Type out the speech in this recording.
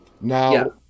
Now